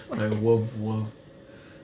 my love love